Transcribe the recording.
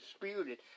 disputed